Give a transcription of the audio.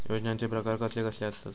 योजनांचे प्रकार कसले कसले असतत?